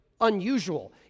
unusual